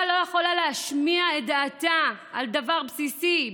לא יכולה להשמיע את דעתה על דבר בסיסי,